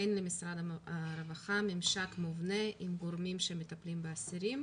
שאין למשרד הרווחה ממשק מובנה עם גורמים שמטפלים באסירים,